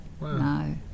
No